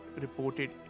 reported